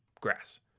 grass